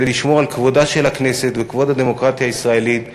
כדי לשמור על כבודה של הכנסת וכבוד הדמוקרטיה הישראלית,